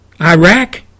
Iraq